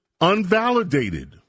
unvalidated